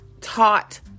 taught